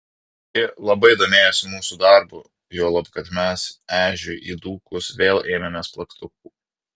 ji labai domėjosi mūsų darbu juolab kad mes ežiui įdūkus vėl ėmėmės plaktukų